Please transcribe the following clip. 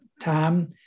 time